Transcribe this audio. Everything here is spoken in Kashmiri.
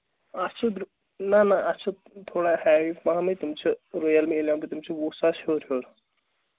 اَتھ چھُ درٛا نہ نہ اَتھ چھُ تھوڑا ہیوی پَہمٕے تِم چھِ ریلمی ایلایوَن تِم چھِ وُہ ساس ہیوٚر ہیوٚر